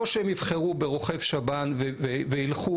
או שהם יבחרו ברופא שב"ן וילכו